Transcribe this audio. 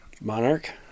Monarch